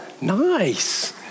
Nice